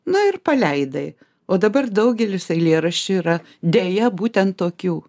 na ir paleidai o dabar daugelis eilėraščių yra deja būtent tokių